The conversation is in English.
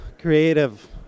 creative